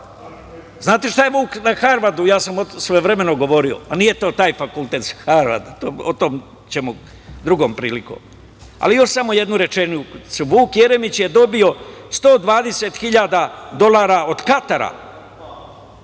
Znate šta je Vuk na Harvardu, ja sam svojevremeno govorio, nije to taj fakultet sa Hardvarda, a o tome ćemo drugom prilikom, ali još samo jednu rečenicu. Vuk Jeremić je dobio 120.000 dolara od Katara,